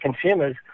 consumers